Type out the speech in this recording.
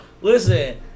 Listen